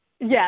Yes